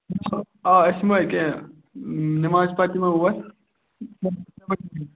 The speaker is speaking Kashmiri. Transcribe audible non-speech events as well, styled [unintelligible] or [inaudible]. آ أسۍ یِمو ییٚکیٛاہ نٮ۪مازِ پَتہٕ یِمو اور [unintelligible]